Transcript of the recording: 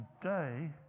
today